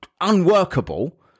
unworkable